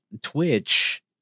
Twitch